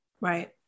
right